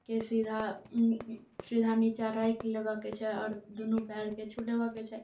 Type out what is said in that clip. के सीधा सीधा नीचाँ राखि लेबऽके छै आओर दुनू पैरके छू लेबऽके छै